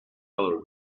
other